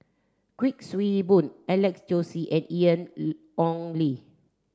Kuik Swee Boon Alex Josey and Ian Ong Li